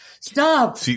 Stop